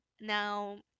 now